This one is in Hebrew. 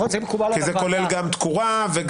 כולל גם תקורה.